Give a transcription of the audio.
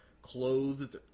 clothed